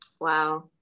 Wow